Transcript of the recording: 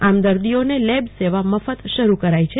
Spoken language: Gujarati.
આમ દર્દીઓને લેબ સેવા મફત શરૂ કરાઈ છે